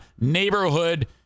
neighborhood